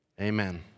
Amen